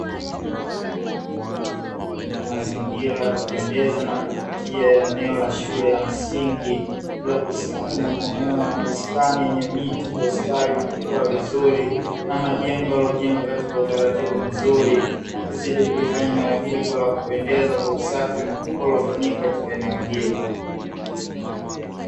Mazingira ya kupendeza na kuvutia ya eneo la shule ya msingi, lililo kusanya maeneo ya bustani yenye miti iliyostawi na kukua vizuri, na majengo yaliyojengwa katika utaratibu mzuri, ukizidi kulifanya eneo hili kuwa la kupendeza kwa usafi mkubwa uliofanyika katika eneo hili.